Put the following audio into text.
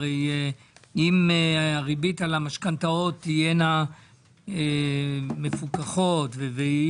הרי אם הריבית על המשכנתאות תהיינה מפוקחות ואי